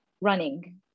running